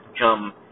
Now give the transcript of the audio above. come